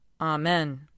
Amen